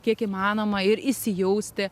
kiek įmanoma ir įsijausti